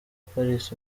paris